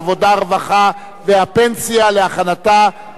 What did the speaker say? הרווחה והבריאות נתקבלה.